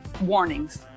warnings